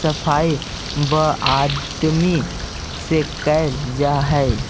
सफाई वआदमी से कैल जा हई